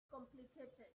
complicated